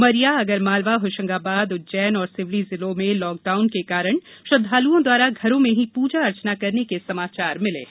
उमरिया आगरमालवा होशंगाबाद उज्जैन और सिवनी जिलों में लॉकडाउन के कारण श्रद्वालुओं द्वारा घरों में ही पूजा अर्चना करने के समाचार मिले हैं